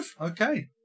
okay